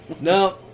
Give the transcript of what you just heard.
No